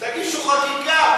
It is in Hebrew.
תגישו חקיקה.